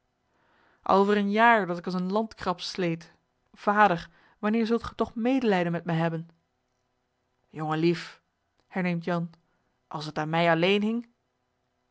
een jaar dat ik als een landkrab sleet vader wanneer zult ge toch medelijden met mij hebben jongelief herneemt jan als het aan mij alleen hing